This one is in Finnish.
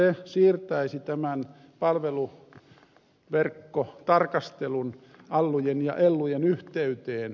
se siirtäisi tämän palveluverkkotarkastelun allujen ja ellujen yhteyteen